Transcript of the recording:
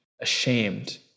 ashamed